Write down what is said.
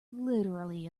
literally